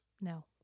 No